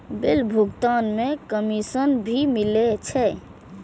Bill भुगतान में commission भी मिले छै?